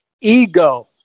ego